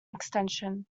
extension